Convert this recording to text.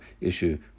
issue